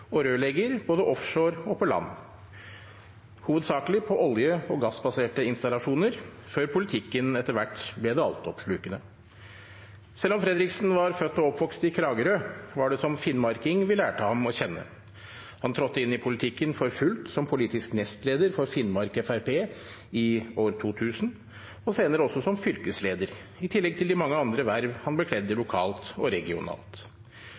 og rørlegger, både offshore og på land, hovedsakelig på olje- og gassbaserte installasjoner, før politikken etter hvert ble det altoppslukende. Selv om Fredriksen var født og oppvokst i Kragerø, var det som finnmarking vi lærte ham å kjenne. Han trådte inn i politikken for fullt som politisk nestleder for Finnmark FrP i år 2000, og senere også som fylkesleder, i tillegg til de mange andre verv han bekledte lokalt og regionalt.